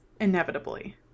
inevitably